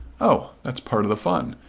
oh that's part of the fun.